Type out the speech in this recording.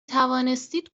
توانستید